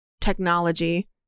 technology